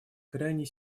крайне